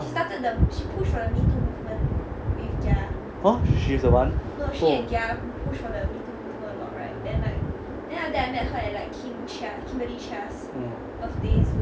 oh she's the one